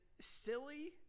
Silly